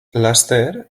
laster